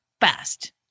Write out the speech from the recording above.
fast